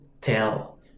tell